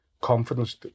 confidence